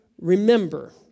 remember